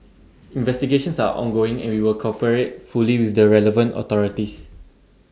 investigations are ongoing and we will cooperate fully with the relevant authorities